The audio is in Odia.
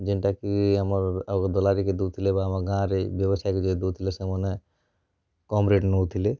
ଯେନ୍ଟାକି ଆମର୍ ଆଗ ଦଲାରୀକେ ଦଉଥିଲେ ଏବେ ଆମ ଗାଁରେ ବ୍ୟବସାୟୀକୁ ଦେଉଥିଲେ ସେମାନେ କମ୍ ରେଟ୍ ନେଉଥିଲେ